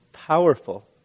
powerful